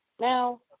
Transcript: Now